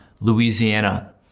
Louisiana